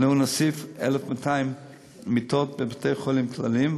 אנו נוסיף 1,200 מיטות בבתי-חולים כלליים,